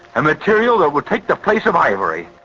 and material that will take the place of ivory.